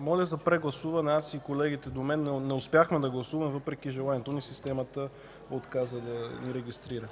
Моля за прегласуване. Аз и колегите до мен не успяхме да гласуваме – въпреки желанието ни, системата отказа да ни регистрира.